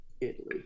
Italy